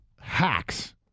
hacks